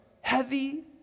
heavy